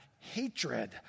hatred